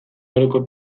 geroko